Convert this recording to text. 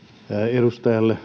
edustaja